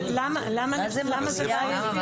למה זה בעייתי?